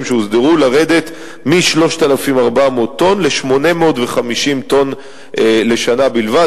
שהוסדרו לרדת מ-3,400 טון ל-850 טון לשנה בלבד.